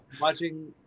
watching